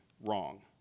wrong